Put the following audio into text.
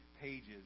pages